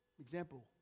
Example